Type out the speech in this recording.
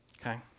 Okay